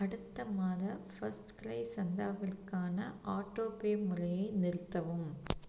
அடுத்த மாத FirstCry சந்தாவிற்கான ஆட்டோபே முறையை நிறுத்தவும்